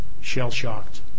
shell-shocked